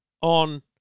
on